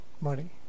money